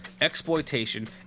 exploitation